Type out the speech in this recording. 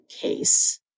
case